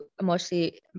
emotionally